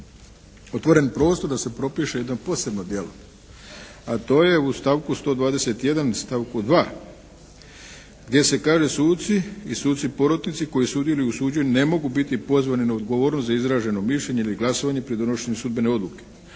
otvoren prostor da se propiše jedno posebno djelo a to je u stavku 121. i stavku 2. gdje se kaže: "Suci i suci porotnici koji sudjeluju u suđenju ne mogu biti pozvani na odgovornost za izraženo mišljenje ili glasovanje pri donošenju sudbene odluke,